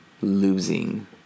losing